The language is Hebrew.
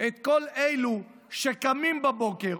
מכאן את כל אלו שקמים בבוקר,